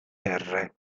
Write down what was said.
terre